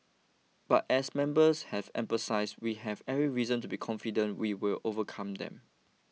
but as members have emphasised we have every reason to be confident we will overcome them